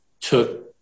took